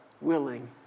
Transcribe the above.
willing